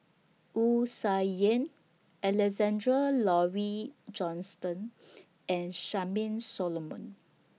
Wu Tsai Yen Alexander Laurie Johnston and Charmaine Solomon